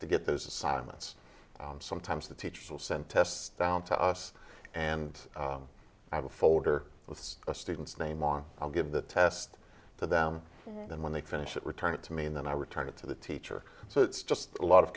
to get those assignments sometimes the teachers will send tests down to us and i have a folder with a student's name on i'll give the test to them then when they finish it return it to me and then i return it to the teacher so it's just a lot of